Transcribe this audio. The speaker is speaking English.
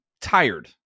tired